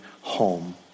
home